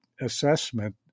assessment